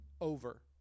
over